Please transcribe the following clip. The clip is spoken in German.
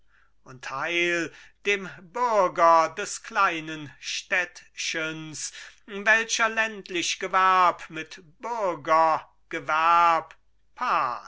und heil dem bürger des kleinen städtchens welcher ländlich gewerb mit bürgergewerb